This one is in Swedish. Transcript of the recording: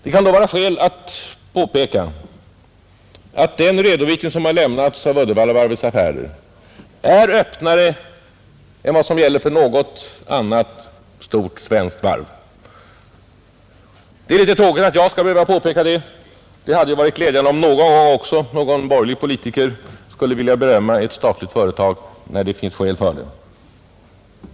Det kan därför vara skäl att påpeka att den redovisning som har lämnats för Uddevallavarvets affärer är öppnare än vad som gäller för något annat stort svenskt varv, Det är litet tråkigt att jag skall behöva påpeka detta; det hade varit glädjande om någon gång också någon borgerlig politiker skulle vilja berömma ett statligt företag när det finns skäl för det.